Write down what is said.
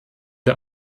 der